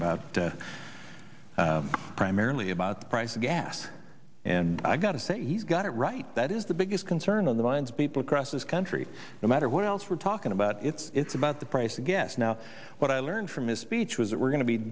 about primarily about the price of gas and i've got to say he's got it right that is the biggest concern on the minds of people across this country no matter what else we're talking about it's it's about the price of gas now what i learned from his speech was that we're going to be